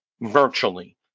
virtually